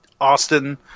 Austin